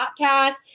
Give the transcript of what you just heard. podcast